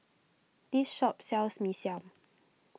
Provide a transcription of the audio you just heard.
this shop sells Mee Siam